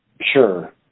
Sure